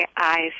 eyes